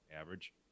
average